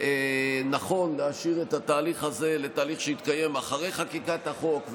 נכון להשאיר את התהליך הזה לתהליך שיתקיים אחרי חקיקת החוק,